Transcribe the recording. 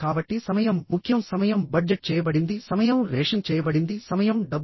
కాబట్టి సమయం ముఖ్యం సమయం బడ్జెట్ చేయబడింది సమయం రేషన్ చేయబడింది సమయం డబ్బు